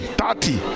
thirty